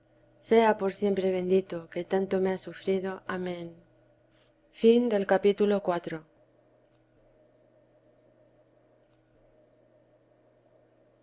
sea por siemp e bendito que tanto me ha sufrido amén vida m